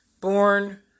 born